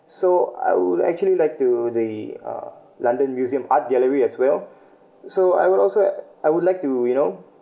so I would actually like to the uh london museum art gallery as well so I would also I would like to you know